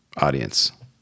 audience